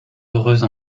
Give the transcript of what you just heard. heureuse